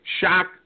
shock